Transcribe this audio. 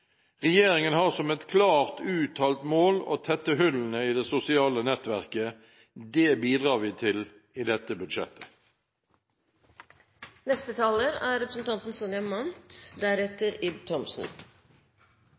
Regjeringen har som et klart uttalt mål å tette hullene i det sosiale nettverket. Det bidrar vi til i dette budsjettet. Barns beste og at barndommen varer hele livet er